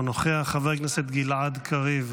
אינו נוכח, חבר הכנסת גלעד קריב,